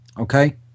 okay